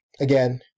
again